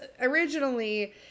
originally